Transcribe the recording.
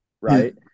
Right